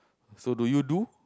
so do you do